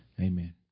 Amen